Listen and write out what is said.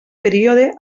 període